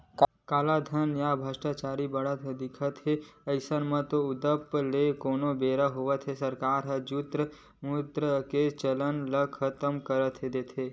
कालाधन या भस्टाचारी बड़ होवत दिखथे अइसन म उदुप ले कोनो बेरा होवय सरकार ह जुन्ना मुद्रा के चलन ल खतम कर देथे